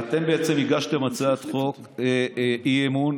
אתם הגשתם הצעת אי-אמון